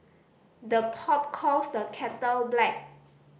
the pot calls the kettle black